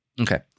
Okay